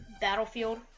Battlefield